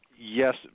yes